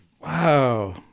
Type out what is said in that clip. Wow